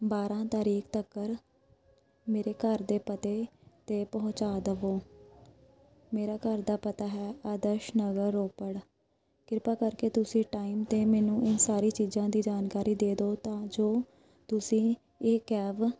ਬਾਰ੍ਹਾਂ ਤਾਰੀਕ ਤੱਕਰ ਮੇਰੇ ਘਰ ਦੇ ਪਤੇ 'ਤੇ ਪਹੁੰਚਾ ਦਵੋ ਮੇਰਾ ਘਰ ਦਾ ਪਤਾ ਹੈ ਆਦਰਸ਼ ਨਗਰ ਰੋਪੜ ਕਿਰਪਾ ਕਰਕੇ ਤੁਸੀਂ ਟਾਈਮ 'ਤੇ ਮੈਨੂੰ ਇਹ ਸਾਰੀ ਚੀਜ਼ਾਂ ਦੀ ਜਾਣਕਾਰੀ ਦੇ ਦਿਓ ਤਾਂ ਜੋ ਤੁਸੀਂ ਇਹ ਕੈਬ